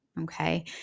Okay